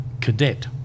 cadet